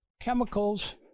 chemicals